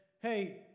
hey